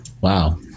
Wow